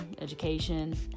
education